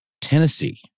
Tennessee